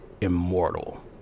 immortal